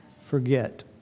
forget